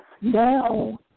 now